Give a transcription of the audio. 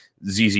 ZZ